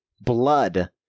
blood